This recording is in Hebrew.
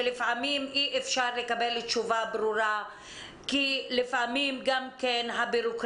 שלפעמים אי אפשר לקבל תשובה ברורה כי לפעמים הבירוקרטיה